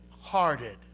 hearted